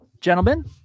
gentlemen